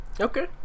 Okay